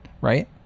right